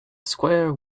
square